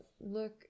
look